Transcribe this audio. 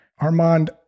Armand